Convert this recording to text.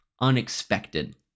unexpected